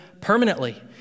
permanently